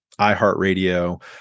iHeartRadio